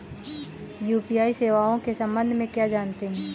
UPI सेवाओं के संबंध में क्या जानते हैं?